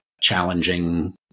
challenging